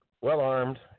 well-armed